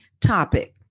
topic